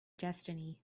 destiny